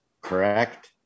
correct